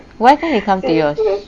why can't he come to yours